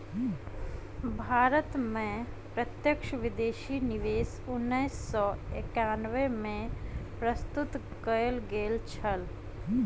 भारत में प्रत्यक्ष विदेशी निवेश उन्नैस सौ एकानबे में प्रस्तुत कयल गेल छल